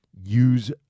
use